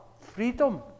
freedom